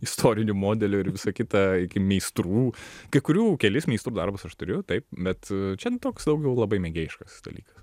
istorinių modelių ir visa kita iki meistrų kai kurių kelis meistrų darbus aš turiu taip bet čia toks daugiau labai mėgėjiškas dalykas